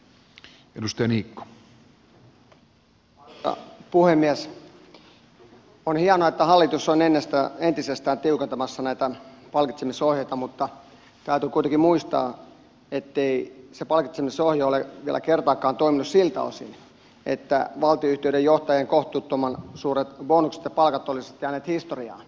on hienoa että hallitus on entisestään tiukentamassa näitä palkitsemisohjeita mutta täytyy kuitenkin muistaa ettei se palkitsemisohje ole vielä kertaakaan toiminut siltä osin että valtionyhtiöiden johtajien kohtuuttoman suuret bonukset ja palkat olisivat jääneet historiaan